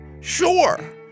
Sure